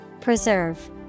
Preserve